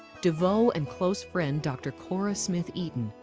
devoe and close friend, dr. cora smith eaton,